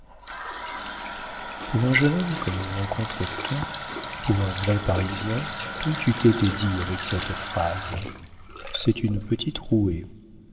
pour un jeune homme comme on en rencontre tant pour un vrai parisien tout eût été dit avec cette phrase c'est une petite rouée